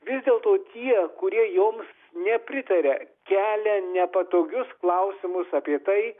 vis dėlto tie kurie joms nepritaria kelia nepatogius klausimus apie tai